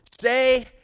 Say